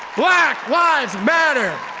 black lives matter.